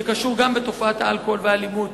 שגם קשור בתופעת האלכוהול והאלימות,